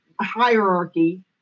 hierarchy